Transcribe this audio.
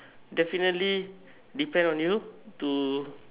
definitely depend on you to